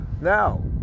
Now